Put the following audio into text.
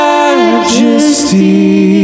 Majesty